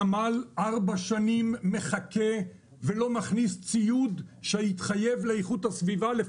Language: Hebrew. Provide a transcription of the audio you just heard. הנמל ארבע שנים מחכה ולא מכניס ציוד לאיכות הסביבה שהתחייב להכניס